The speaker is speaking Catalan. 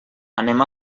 anem